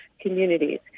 communities